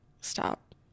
stop